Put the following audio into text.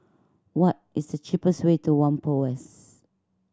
what is the cheapest way to Whampoa West